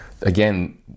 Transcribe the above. Again